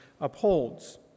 upholds